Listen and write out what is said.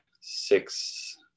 six